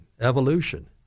evolution